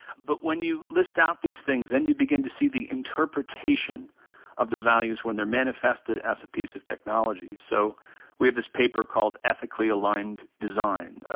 but when you list out these things, then you begin to see the interpretation of the values when they're manifested as a piece of technology. so we have this paper called ethically aligned design.